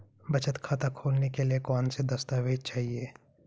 बचत खाता खोलने के लिए कौनसे दस्तावेज़ चाहिए?